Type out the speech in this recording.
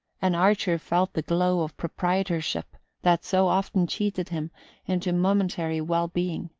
and archer felt the glow of proprietorship that so often cheated him into momentary well-being.